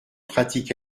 pratiques